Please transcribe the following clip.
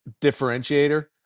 differentiator